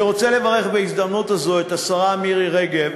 אני רוצה לברך בהזדמנות הזאת את השרה מירי רגב